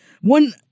one